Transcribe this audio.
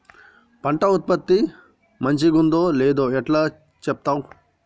పంట ఉత్పత్తి మంచిగుందో లేదో ఎట్లా చెప్తవ్?